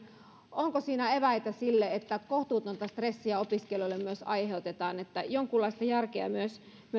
onko siinä eväitä sille että myös kohtuutonta stressiä opiskelijoille aiheutetaan että jonkunlaista järkeä myös